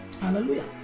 Hallelujah